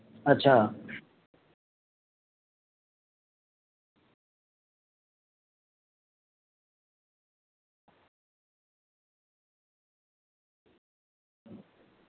अच्छा